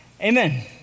amen